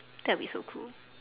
that'll be so cool